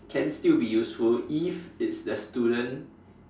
can still be useful if it's the student